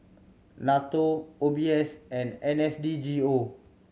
NATO O B S and N S D G O